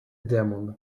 demon